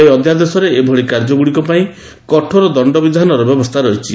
ଏହି ଅଧ୍ୟାଦେଶରେ ଏହିଭଳି କାର୍ଯ୍ୟଗୁଡ଼ିକ ପାଇଁ କଠୋର ଦଶ୍ଚବିଧାନର ବ୍ୟବସ୍ଥା ରହିଛି